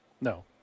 No